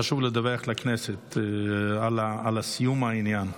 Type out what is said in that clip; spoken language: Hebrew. חשוב לדווח לכנסת על סיום העניין.